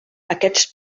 aquests